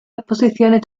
exposiciones